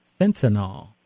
fentanyl